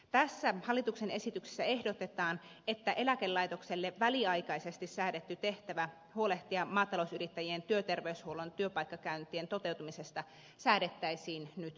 tässä hallituksen esityksessä ehdotetaan että eläkelaitokselle väliaikaisesti säädetty tehtävä huolehtia maatalousyrittäjien työterveyshuollon työpaikkakäyntien toteutumisesta säädettäisiin nyt pysyväksi